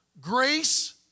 grace